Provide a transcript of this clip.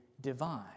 divine